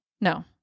No